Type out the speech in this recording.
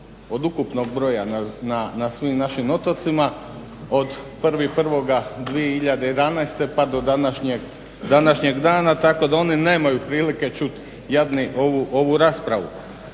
od ukupnog broja na svim našim otocima od 01.01.2011. pa do današnjeg dana tako da oni nemaju prilike čuti jadni ovu raspravu.